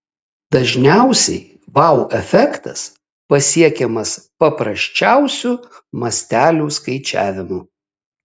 dažniausiai vau efektas pasiekiamas paprasčiausiu mastelių skaičiavimu